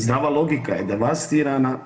Zdrava logika je devastirana.